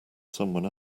someone